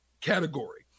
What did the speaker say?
category